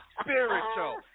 spiritual